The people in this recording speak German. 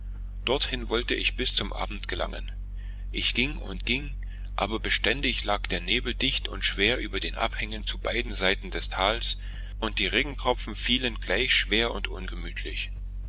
dorthin wollte ich bis zum abend gelangen ich ging und ging aber beständig lag der nebel dicht und schwer über den abhängen zu beiden seiten des tals und die regentropfen fielen gleich schwer und ungemütlich